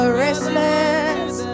restless